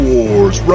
Wars